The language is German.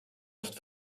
oft